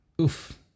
Oof